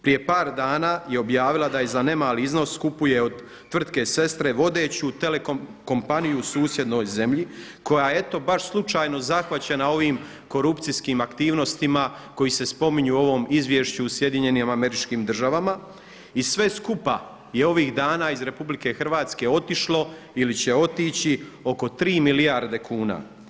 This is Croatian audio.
Prije par dana je objavila da za ne mali iznos kupuje od tvrtke sestre vodeću telekompaniju u susjednoj zemlji koja eto baš slučajno zahvaćena ovim korupcijskim aktivnostima koji se spominju u ovom izvješću u SAD-u u sve skupa je ovih dana iz RH otišlo ili će otići oko tri milijarde kuna.